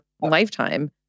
lifetime